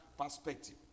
perspective